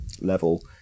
level